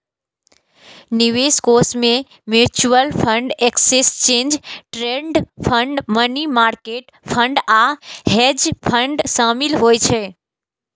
निवेश कोष मे mutual fund, exchange traded fund, money market fund आ हेज फंड शामिल होइ छै